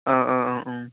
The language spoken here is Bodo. औ औ औ ओं